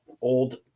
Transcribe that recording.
Old